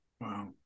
Wow